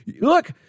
look